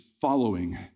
following